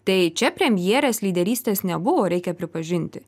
tai čia premjerės lyderystės nebuvo reikia pripažinti